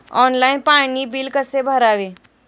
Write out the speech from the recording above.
Online पाणी bill कसे भरावे?